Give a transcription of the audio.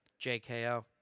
JKO